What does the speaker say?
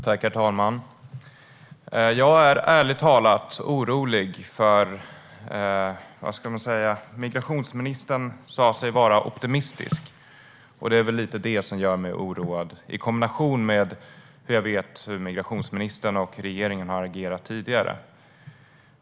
Herr talman! Jag är ärligt talat orolig. Migrationsministern sa sig vara optimistisk. Det är väl det som gör mig oroad, i kombination med att jag vet hur migrationsministern och regeringen har agerat tidigare.